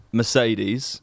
Mercedes